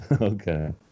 Okay